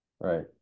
Right